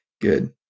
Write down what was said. Good